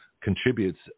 contributes